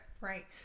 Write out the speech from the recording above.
right